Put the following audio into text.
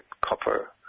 copper